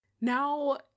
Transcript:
now